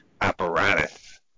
Apparatus